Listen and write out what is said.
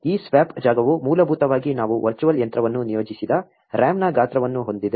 ಈ ಸ್ವಾಪ್ ಜಾಗವು ಮೂಲಭೂತವಾಗಿ ನಾವು ವರ್ಚುವಲ್ ಯಂತ್ರವನ್ನು ನಿಯೋಜಿಸಿದ RAM ನ ಗಾತ್ರವನ್ನು ಹೊಂದಿದೆ